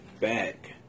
back